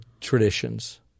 traditions